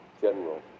general